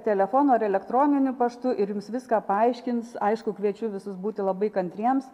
telefonu ar elektroniniu paštu ir jums viską paaiškins aišku kviečiu visus būti labai kantriems